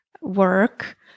work